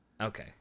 Okay